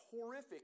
horrific